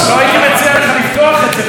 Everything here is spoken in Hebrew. לא הייתי מציע לך לפתוח את זה, חבר הכנסת טיבי.